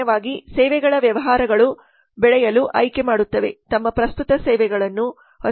ಸಾಮಾನ್ಯವಾಗಿ ಸೇವೆಗಳ ವ್ಯವಹಾರಗಳು ಬೆಳೆಯಲು ಆಯ್ಕೆಮಾಡುತ್ತವೆ ತಮ್ಮ ಪ್ರಸ್ತುತ ಸೇವೆಗಳನ್ನು ಹೊಸ ಮಾರುಕಟ್ಟೆಗಳಿಗೆ ಕೊಂಡೊಯ್ಯುವ ಮೂಲಕ